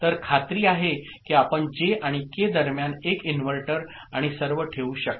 तर खात्री आहे की आपण जे आणि के दरम्यान एक इन्व्हर्टर आणि सर्व ठेवू शकता